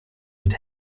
wird